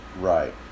Right